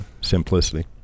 simplicity